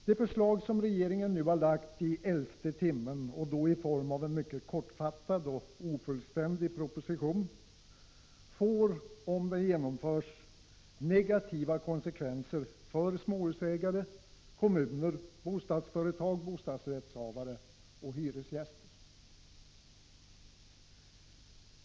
Det förslag som regeringen nu i elfte timmen har presenterat, och då i form av en mycket kortfattad och ofullständig proposition, får — om det genomförs — negativa konsekvenser för småhusägare, kommuner, bostadsföretag, bostadsrättshavare och hyresgäster.